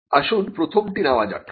আসুন প্রথমটি নেওয়া যাক